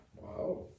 wow